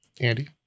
andy